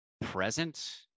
present